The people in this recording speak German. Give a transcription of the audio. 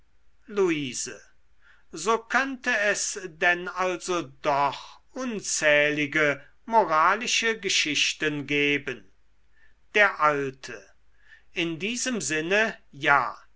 luise so könnte es denn also doch unzählige moralische geschichten geben der alte in diesem sinne ja